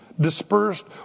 dispersed